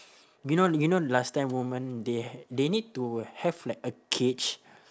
you know you know last time women they ha~ they need to have like a cage